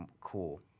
cool